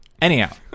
Anyhow